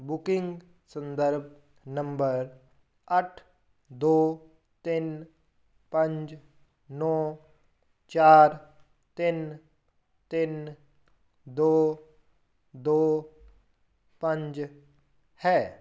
booking ਸੰਦਰਭ number ਅੱਠ ਦੋ ਤਿੰਨ ਪੰਜ ਨੌਂ ਚਾਰ ਤਿੰਨ ਤਿੰਨ ਦੋ ਦੋ ਪੰਜ ਹੈ